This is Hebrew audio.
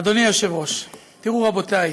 אדוני היושב-ראש, תראו, רבותי,